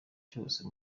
cyose